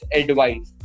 advice